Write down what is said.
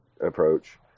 approach